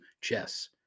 Chess